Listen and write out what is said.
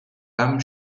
pam